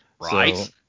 Right